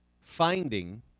finding